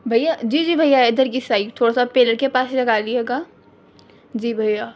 بھیا جی جی بھیا ادھر کی سائڈ تھوڑا سا پیلر کے پاس لگا لیجیے گا جی بھیا